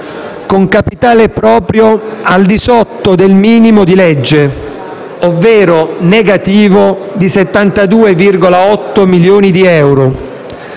con capitale proprio al di sotto del minimo di legge, ovvero negativo di 72,8 milioni di euro,